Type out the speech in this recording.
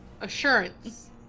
assurance